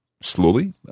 slowly